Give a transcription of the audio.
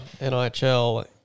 NHL